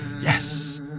Yes